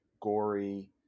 gory